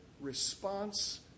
response